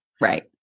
Right